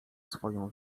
swoją